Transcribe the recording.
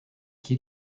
qui